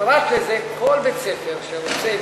פרט לזה, כל בית-ספר שרוצה